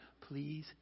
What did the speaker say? Please